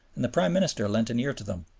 and the prime minister lent an ear to them.